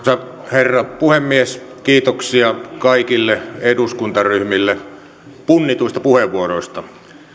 herra puhemies kiitoksia kaikille eduskuntaryhmille punnituista puheenvuoroista